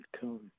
come